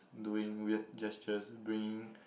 doing weird gestures bringing